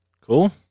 Cool